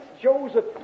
Joseph